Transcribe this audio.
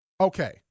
okay